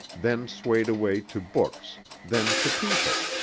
then swayed away to books, then to people.